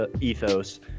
ethos